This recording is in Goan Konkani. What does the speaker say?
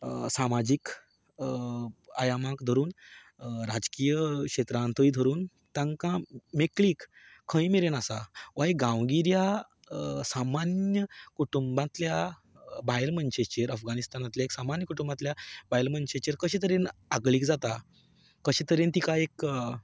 सामाजीक आयामाक धरून राजकीय क्षेत्रांतूय धरून तांकां मेकळीक खंय मेरेन आसा हो एक गांवगिऱ्या सामान्य कुटुंबाच्या बायल मनशेचेर अफगानिस्तानांतले एक सामान्य कुटुंबांतल्या बायल मनशेचेर कशे तरेन आगळीक जाता कशें तरेन तिका एक